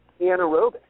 anaerobic